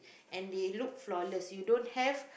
and they look flawless you don't have